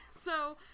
so-